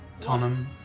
Tonham